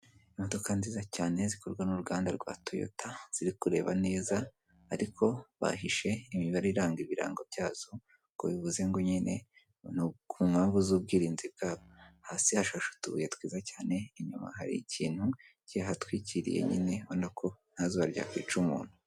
Imodoka nziza cyane zikorwa n'uruganda rwa toyota ziri kureba neza ariko bahishe imibare iranga ibirango byazo, ngo bivuze ngo nyine ni kumpamvu z'ubwirinzi bwabo. Hasi hashashe utubuye twiza cyane inyuma hari ikintu kihatwikiriye nyine ubona ko ntazuba ryakwica umuntu.